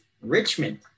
Richmond